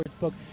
sportsbook